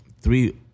three